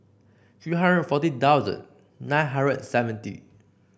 three hundred forty thousand nine hundred and seventy